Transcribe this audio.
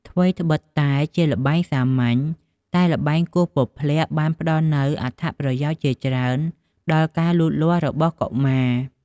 ថ្វីត្បិតតែជាល្បែងសាមញ្ញ តែល្បែងគោះពព្លាក់បានផ្ដល់នូវអត្ថប្រយោជន៍ជាច្រើនដល់ការលូតលាស់របស់កុមារ។